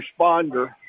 responder